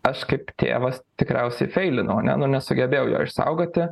aš kaip tėvas tikriausiai feilinau ane nu nesugebėjau jo išsaugoti